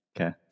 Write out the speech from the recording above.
Okay